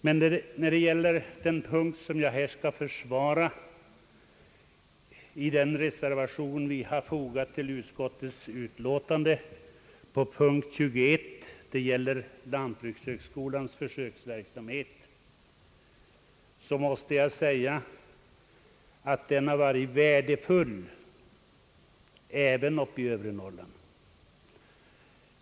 Vad beträffar den reservation, som fogats vid punkten 21 i utskottets utlåtande och som gäller lantbrukshögskolans försöksverksamhet, måste jag säga att verksamheten har varit värdefull även i övre Norrland.